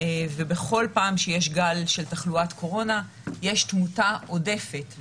ובכל פעם שיש גל שתחלואת קורונה יש תמותה עודפת.